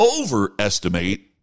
overestimate